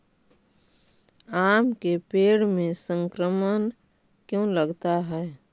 आम के पेड़ में संक्रमण क्यों लगता है?